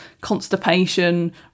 constipation